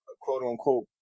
quote-unquote